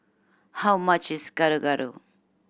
how much is Gado Gado